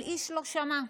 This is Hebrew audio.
אבל איש לא שמע,